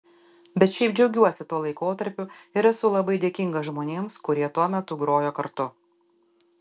bet šiaip džiaugiuosi tuo laikotarpiu ir esu labai dėkingas žmonėms kurie tuo metu grojo kartu